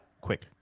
Quick